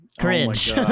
cringe